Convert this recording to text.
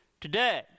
today